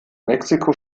mexiko